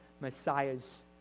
Messiah's